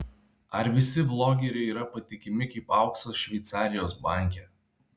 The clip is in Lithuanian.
ar visi vlogeriai yra patikimi kaip auksas šveicarijos banke